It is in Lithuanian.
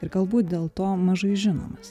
ir galbūt dėl to mažai žinomas